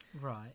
Right